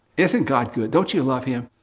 isn't god good? don't you love him?